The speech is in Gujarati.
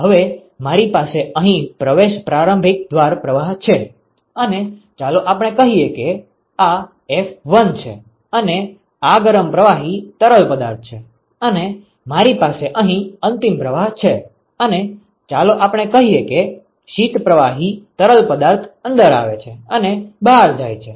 હવે મારી પાસે અહીં પ્રવેશ પ્રારંભિક દ્વાર પ્રવાહ છે અને ચાલો આપણે કહીએ કે આ f1 છે અને આ ગરમ પ્રવાહી તરલ પદાર્થ છે અને મારી પાસે અહીં અંતિમ પ્રવાહ છે અને ચાલો આપણે કહીએ કે શીત પ્રવાહી તરલ પદાર્થ અંદર આવે છે અને બહાર જાય છે